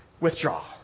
withdraw